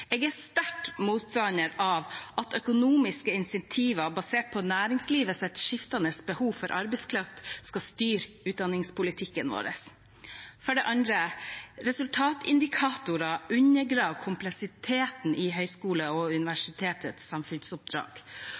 Jeg er sterk motstander av at økonomiske insentiver basert på næringslivets skiftende behov for arbeidskraft skal styre utdanningspolitikken vår. For det andre: Resultatindikatorer undergraver kompleksiteten i høyskolenes og universitetenes samfunnsoppdrag.